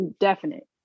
definite